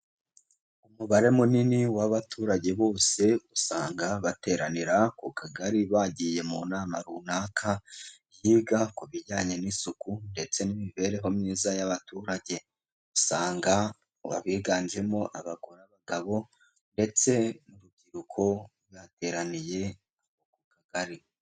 Umubare munini w'abaturage bose usanga bateranira ku kagari, bagiye mu nama runaka yiga ku bijyanye n'isuku ndetse n'imibereho myiza y'abaturage. Usanga baba biganjemo abagabo ndetse n'urubyiruko bateraniye mu kagari.